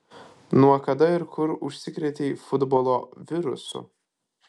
nuo kada ir kur užsikrėtei futbolo virusu